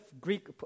Greek